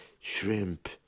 shrimp